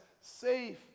safe